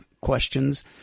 questions